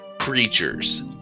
creatures